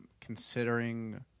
considering